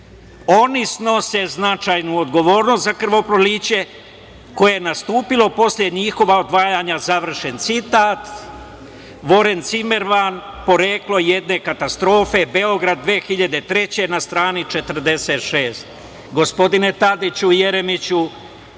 oni snose značajnu odgovornost za krvoproliće koje je nastupilo posle njihovog odvajanja, završen citat, Voren Cimerman, „Poreklo jedne katastrofe“, Beograd 2003. godine, na strani 46.Gospodine Tadiću, Jeremiću